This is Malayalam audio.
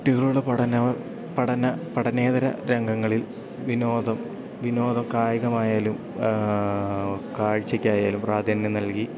കുട്ടികളുടെ പഠന പഠന പഠനേതര രംഗങ്ങളിൽ വിനോദം വിനോദ കായികമായാലും കാഴ്ചയ്ക്കായാലും പ്രാധാന്യം നൽകി